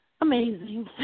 amazing